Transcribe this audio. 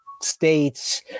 States